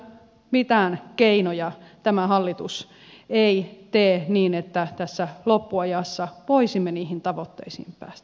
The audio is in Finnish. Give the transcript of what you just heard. mitään keinoja tämä hallitus ei tee niin että tässä loppuajassa voisimme niihin tavoitteisiin päästä